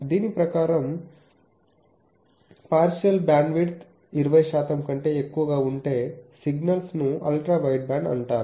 దీని ప్రకారం partial bandwidth 20 శాతం కంటే ఎక్కువగా ఉంటే సిగ్నల్ను అల్ట్రా వైడ్బ్యాండ్ అంటారు